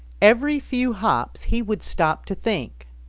every few hops he would stop to think,